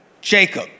Jacob